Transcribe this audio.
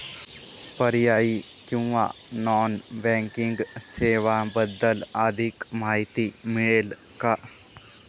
पर्यायी किंवा non banking सेवांबद्दल अधिक माहिती मिळेल का?